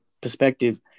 perspective